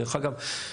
דרך אגב,